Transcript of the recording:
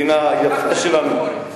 את המדינה היפה שלנו,